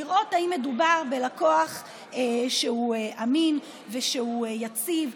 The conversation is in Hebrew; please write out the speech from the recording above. לראות אם מדובר בלקוח שהוא אמין ושהוא יציב,